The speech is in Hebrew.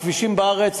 הכבישים בארץ,